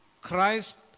Christ